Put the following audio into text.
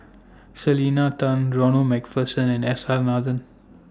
Selena Tan Ronald MacPherson and S R Nathan